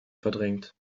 verdrängt